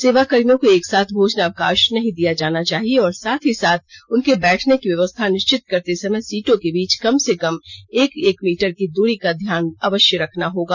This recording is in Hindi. सेवाकर्मियों को एकसाथ भोजनावकाश नहीं दिया जाना चाहिए और साथ ही साथ उनके बैठने की व्यवस्था निश्चित करते समय सीटों के बीच कम से कम एक एक मीटर की दूरी का ध्यान रखना अवश्य होगा